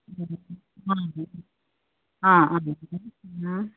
अँ अँ अँ